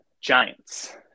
Giants